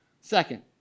Second